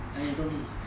ya you told me